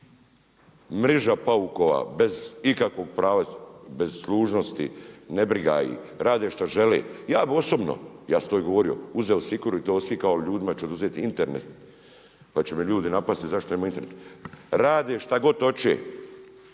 mreža paukova bez ikakvog prava, bez služnosti, nebriga ih, rade što žele, ja bi osobno, ja sam to i govorio i uzeo sjekiru i to odsjekao, ljudima će Internet pa će me ljudi napasti zašto nema interneta. Rade šta god hoće,